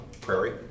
prairie